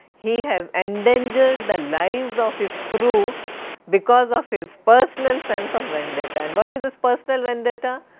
he has endangered the lives of his crew because of his personal sense of vendetta, and what is his personal vendetta?